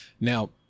Now